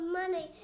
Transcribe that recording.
money